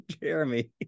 Jeremy